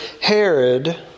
Herod